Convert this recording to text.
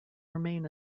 remain